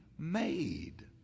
made